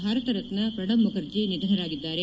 ಭಾರತರತ್ತ ಪ್ರಣಬ್ ಮುಖರ್ಜಿ ನಿಧನರಾಗಿದ್ದಾರೆ